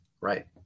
Right